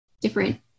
different